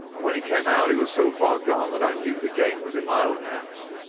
and when he came out he was so far gone that i knew the game was in my own hands.